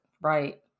right